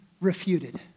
refuted